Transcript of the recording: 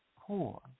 poor